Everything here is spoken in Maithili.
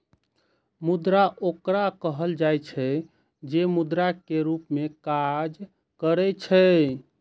मुद्रा ओकरा कहल जाइ छै, जे मुद्रा के रूप मे काज करै छै